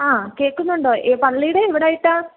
ആ കേൾക്കുന്നുണ്ടോ എ പള്ളീടെ എവിടായിട്ടാണ്